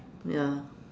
ya